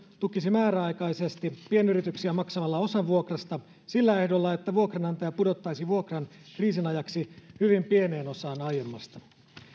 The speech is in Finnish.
tukisi määräaikaisesti pienyrityksiä maksamalla osan vuokrasta sillä ehdolla että vuokranantaja pudottaisi vuokran kriisin ajaksi hyvin pieneen osaan aiemmasta